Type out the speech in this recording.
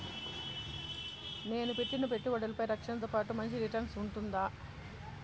నేను పెట్టిన పెట్టుబడులపై రక్షణతో పాటు మంచి రిటర్న్స్ ఉంటుందా?